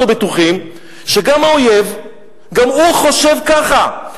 אנחנו בטוחים שגם האויב חושב ככה.